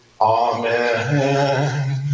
Amen